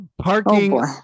Parking